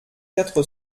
quatre